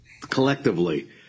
collectively